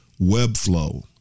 Webflow